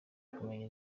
kumenya